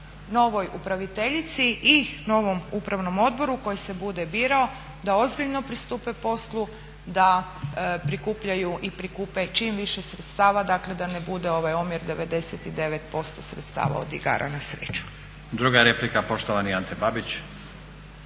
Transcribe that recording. novoj upraviteljici i novom upravnom odboru koji se bude birao da ozbiljno pristupe poslu, da prikupljaju i prikupe čim više sredstava, dakle da ne bude ovaj omjer 99% sredstava od igara na sreću. **Stazić, Nenad (SDP)** Druga replika, poštovani Ante Babić.